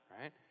Right